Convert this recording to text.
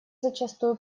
зачастую